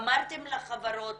אמרתם לחברות